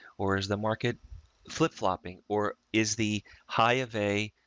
or is the market flip-flopping, or is the high of a,